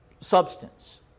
Substance